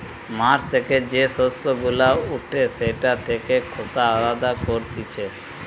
মাঠ থেকে যে শস্য গুলা উঠে সেটা থেকে খোসা আলদা করতিছে